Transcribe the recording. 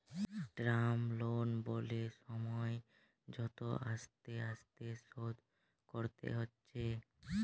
term loan বলে সময় মত আস্তে আস্তে শোধ করতে হচ্ছে